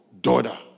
daughter